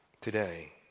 today